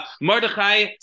Mordechai